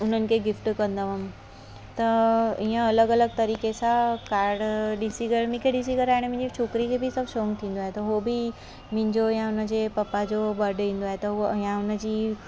उन्हनि खे गिफ़्ट कंदा हुअमि त इअं अलॻि अलॻि तरीक़े सां काड ॾिसी करे मूंखे ॾिसी करे हाणे मुंहिंजी छोकिरी खे बि सभु शौक़ु थींदो आहे त उहा बि मुंहिंजो या हुनजे पपा जो बडे ईंदो आहे त हूअ या हुनजी